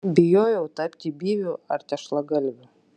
bijojau tapti byviu ar tešlagalviu